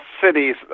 Cities